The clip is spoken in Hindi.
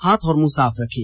हाथ और मुंह साफ रखें